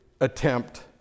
attempt